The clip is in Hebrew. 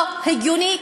לא הגיוני,